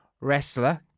wrestler